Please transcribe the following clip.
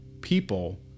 people